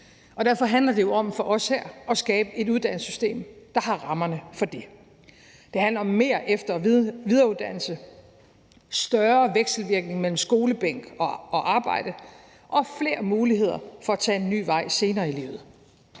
og derfor handler det jo for os her om at skabe et uddannelsessystem, der har rammerne for det. Det handler om mere efter- og videreuddannelse, større vekselvirkning mellem skolebænk og arbejde og flere muligheder for at tage en ny vej senere i livet.